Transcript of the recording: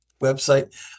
website